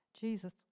Jesus